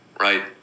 right